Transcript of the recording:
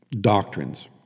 doctrines